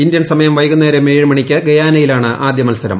Indian സമയം വൈകുന്നേരം ഏഴ് മണിക്ക് ഗയാനയിലാണ് ആദ്യ മത്സരം